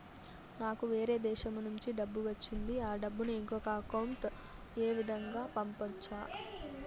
నాకు వేరే దేశము నుంచి డబ్బు వచ్చింది ఆ డబ్బును ఇంకొక అకౌంట్ ఏ విధంగా గ పంపొచ్చా?